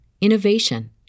innovation